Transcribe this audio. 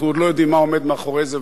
אנחנו עוד לא יודעים מה עומד מאחורי זה,